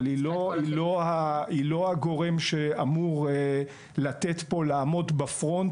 אבל היא לא הגורם שאמור לעמוד בפרונט.